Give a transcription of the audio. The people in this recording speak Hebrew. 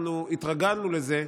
אנחנו התרגלנו לזה.